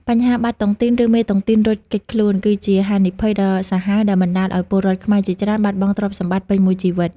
បញ្ហា "បាត់តុងទីន" ឬមេតុងទីនរត់គេចខ្លួន គឺជាហានិភ័យដ៏សាហាវដែលបណ្ដាលឱ្យពលរដ្ឋខ្មែរជាច្រើនបាត់បង់ទ្រព្យសម្បត្តិពេញមួយជីវិត។